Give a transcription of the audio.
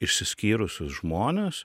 išsiskyrusius žmones